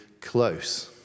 close